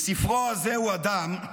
בספרו "הזהו אדם",